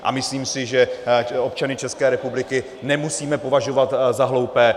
A myslím si, že občany České republiky nemusíme považovat za hloupé.